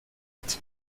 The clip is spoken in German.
mit